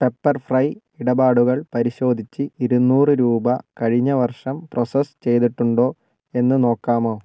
pepper fry ഇടപാടുകൾ പരിശോധിച്ച് ഇരുനൂറ് രൂപ കഴിഞ്ഞ വർഷം പ്രൊസസ്സ് ചെയ്തിട്ടുണ്ടോ എന്ന് നോക്കാമോ